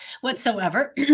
whatsoever